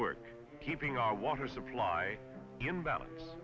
work keeping our water supply in balance